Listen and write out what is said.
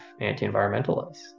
anti-environmentalists